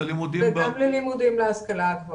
וגם ללימודים להשכלה הגבוהה.